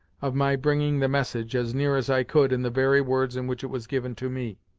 of my bringing the message, as near as i could, in the very words in which it was given to me.